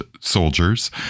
soldiers